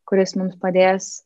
kuris mums padės